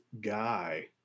guy